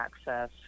access